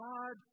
God